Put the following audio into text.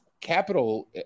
capital